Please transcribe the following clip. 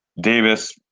Davis